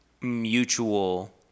mutual